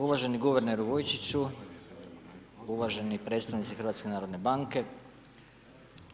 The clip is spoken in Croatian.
Uvaženi guverneru Vujčiću, uvaženi predstavnici HNB-a.